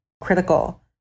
critical